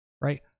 right